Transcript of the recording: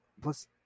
Plus